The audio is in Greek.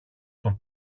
τον